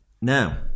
Now